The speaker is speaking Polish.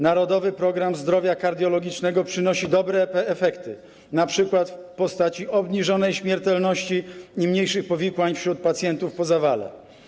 Narodowy program zdrowia kardiologicznego” przynosi dobre efekty, np. w postaci obniżonej śmiertelności i mniejszych powikłań wśród pacjentów po zawale.